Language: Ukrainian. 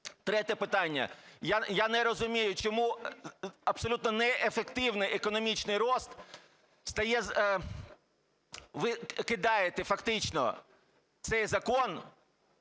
Третє питання. Я не розумію, чому абсолютно неефективний економічний ріст стає… ви кидаєте фактично цей закон…